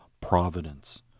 providence